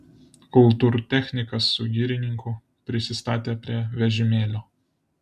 kultūrtechnikas su girininku prisistatė prie vežimėlio